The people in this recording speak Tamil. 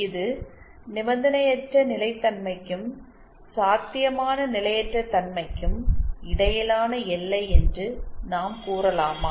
இது நிபந்தனையற்ற நிலைத்தன்மைக்கும் சாத்தியமான நிலையற்ற தன்மைக்கும் இடையிலான எல்லை என்று நாம் கூறலாமா